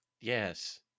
yes